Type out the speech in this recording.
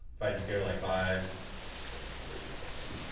if i just go like five where's my plus button?